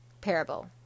parable